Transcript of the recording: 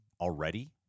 already